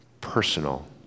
personal